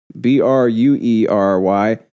B-R-U-E-R-Y